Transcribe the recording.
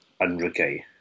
100K